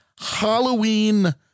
Halloween